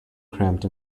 cramped